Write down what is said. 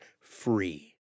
free